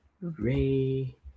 Ray